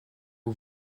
aux